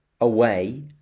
away